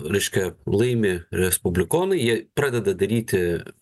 reiškia laimi respublikonai jie pradeda daryti